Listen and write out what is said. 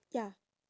ya